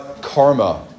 Karma